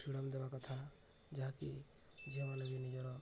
freedom ଦେବା କଥା ଯାହାକି ଝିଅମାନେ ବି ନିଜର